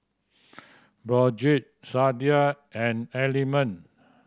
Brotzeit Sadia and Element